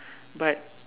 but